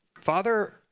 father